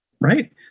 Right